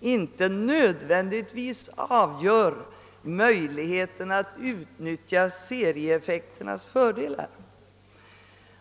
inte nödvändigtvis avgör möjligheterna att utnyttja serieeffekternas fördelar.